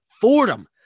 Fordham